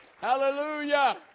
Hallelujah